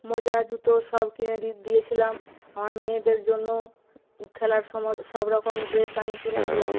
মোজা জুতো সব কিনে দিয়েছিলাম আমার মেয়েদের জন্যও খেলার সমর সব রকম ড্রেস আমি কিনেছিলাম